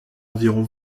environ